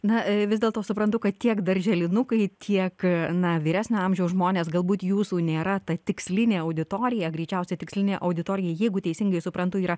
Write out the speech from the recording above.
na vis dėlto suprantu kad tiek darželinukai tiek na vyresnio amžiaus žmonės galbūt jūsų nėra ta tikslinė auditorija greičiausiai tikslinė auditorija jeigu teisingai suprantu yra